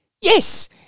Yes